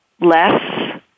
less